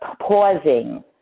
pausing